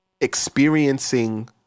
experiencing